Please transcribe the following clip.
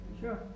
Sure